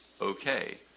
okay